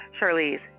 Charlize